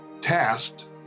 tasked